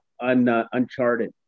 uncharted